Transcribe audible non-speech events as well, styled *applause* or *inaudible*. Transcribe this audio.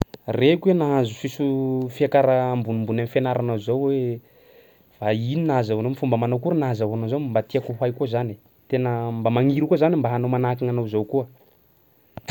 Reko hoe nahazo fiso- fiakara ambonimbony am'fianaranao zao iha *hesitation* ino nahazahoanao am'fomba manao akory nahazahoanao zao mba tiako ho hay koa zany, tena mba magniry koa zany mba hanao manahaky gn'anao zao koa. *noise*